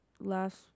last